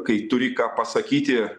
kai turi ką pasakyti